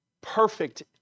perfect